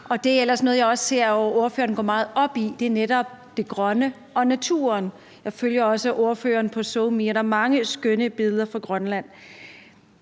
ellers noget, som jeg ser at ordføreren går meget op i, netop det grønne og naturen. Jeg følger også ordføreren på SoMe, og der er mange skønne billeder fra Grønland.